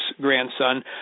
grandson